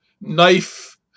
knife